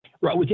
Right